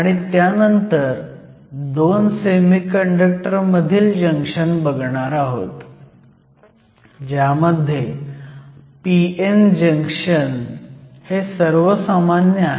आणि त्यानंतर 2 सेमीकंडक्टर मधील जंक्शन बघणार आहोत ज्यामध्ये p n जंक्शन हे सर्वसामान्य आहे